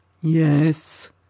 Yes